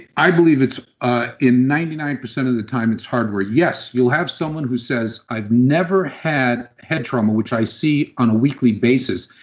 i believe it's, ah and ninety nine percent of the time, it's hardware. yes, you'll have someone who says, i've never had head trauma which i see on a weekly basis.